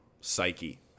psyche